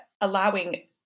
allowing